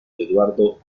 eduardo